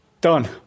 Done